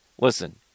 Listen